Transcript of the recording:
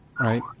right